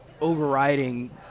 overriding